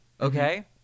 okay